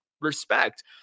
respect